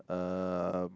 um